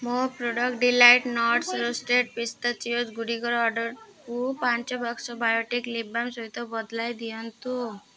ମୋ product Delight Nuts roasted pistachios ଗୁଡ଼ିକର ଅର୍ଡ଼ର୍କୁ ପାଞ୍ଚ ବାକ୍ସ ବାୟୋଟିକ୍ ଲିପ୍ବାମ୍ ସହିତ ବଦଳାଇ ଦିଅନ୍ତୁ